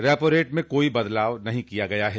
repo rate में कोई बदलाव नहीं किया गया है